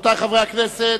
רבותי חברי הכנסת,